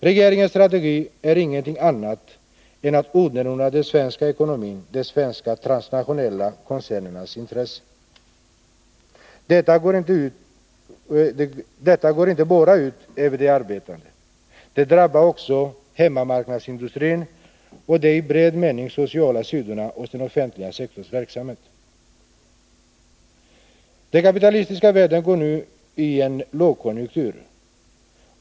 Regeringens strategi är ingenting annat än att underordna den svenska ekonomin de svenska transnationella koncernernas intressen. Detta går inte ut bara över de arbetande. Det drabbar också hemmamarknadsindustrin och de i bred mening sociala sidorna hos den offentliga sektorns verksamhet. Den kapitalistiska världen går nu ini en lågkonjunktur.